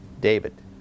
David